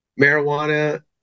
marijuana